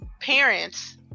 parents